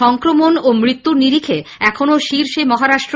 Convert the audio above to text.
সংক্রমন ও মৃত্যুর নিরিখে এখনো শীর্ষে মহারাষ্ট্র